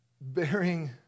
bearing